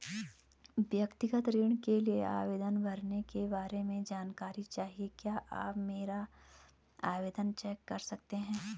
व्यक्तिगत ऋण के लिए आवेदन भरने के बारे में जानकारी चाहिए क्या आप मेरा आवेदन चेक कर सकते हैं?